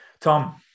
Tom